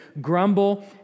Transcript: grumble